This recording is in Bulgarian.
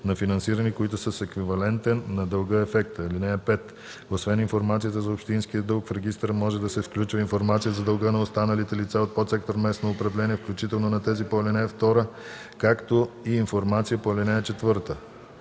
на финансиране, които са с еквивалентен на дълга ефект. (5) Освен информацията за общинския дълг в регистъра може да се включва и информация за дълга на останалите лица от подсектор „Местно управление”, включително на тези по ал. 2, както и информация по ал. 4.